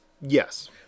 yes